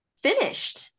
finished